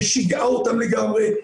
ששיגעה אותם לגמרי,